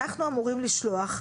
אנחנו אמורים לשלוח --- נכון.